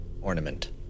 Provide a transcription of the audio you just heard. ornament